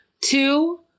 Two